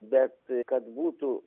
bet kad būtų